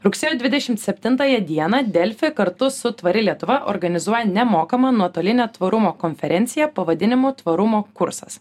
rugsėjo dvidešimt septintąją dieną delfi kartu su tvari lietuva organizuoja nemokamą nuotolinę tvarumo konferenciją pavadinimu tvarumo kursas